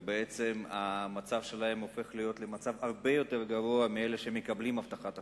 בעצם המצב שלהם הופך להיות הרבה יותר גרוע משל אלה שמקבלים הבטחת הכנסה.